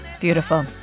Beautiful